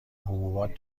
حبوبات